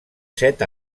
set